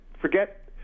forget